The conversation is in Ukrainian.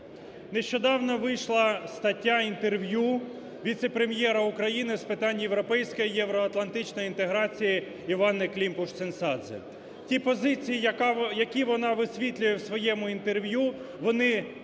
Нещодавно вийшла стаття-інтерв'ю віце-прем'єра України з питань європейської, євроатлантичної інтеграції Іванни Климпуш-Цинцадзе. Ті позиції, які вона висвітлює у своєму інтерв'ю, вони стосовно